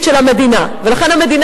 תושבי מדינת ישראל,